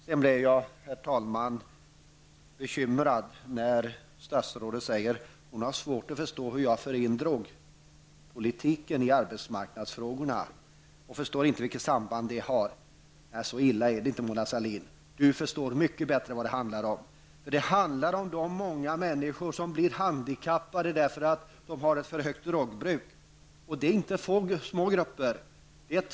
Sedan blir jag bekymrad, när statsrådet säger att hon har svårt att förstå varför jag för in drogpolitiken bland arbetsmarknadsfrågorna. Hon förstår inte sambandet, säger hon, men så illa är det säkert inte. Det handlar om de många människor som blir handikappade på grund av ett för omfattande drogbruk. Det är inte några små grupper det gäller.